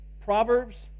Proverbs